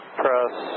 press